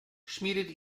schmiedet